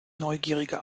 neugierige